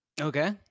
Okay